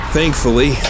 Thankfully